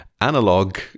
analog